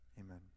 Amen